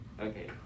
Okay